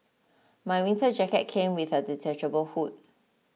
my winter jacket came with a detachable hood